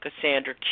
Cassandra